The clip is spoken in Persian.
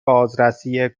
بازرسی